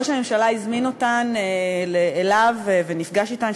ראש הממשלה הזמין אותן אליו ונפגש אתן,